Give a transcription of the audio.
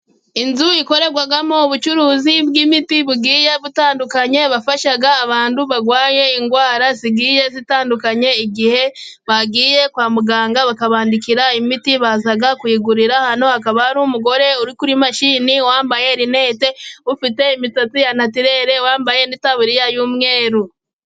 Inzu ikorerwamo ubucuruzi bw'imiti butandukanye bafasha abantu barwaye indwara zigiye zitandukanye igihe bagiye kwa muganga, bakabandikira imiti baza kuyigurira hano. Hakaba hari umugore uri kuri mashini wambaye rinete ufite imisatsi ya natireri wambaye itaburiya y'umweru.